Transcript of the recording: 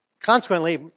consequently